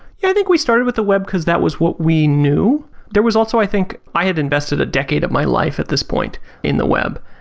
yeah, i think we started with the web because that was what we knew. there was also i think, i had invested a decade of my life at this point in the web.